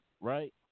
right